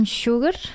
sugar